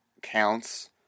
counts